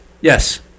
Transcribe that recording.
Yes